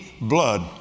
blood